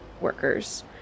workers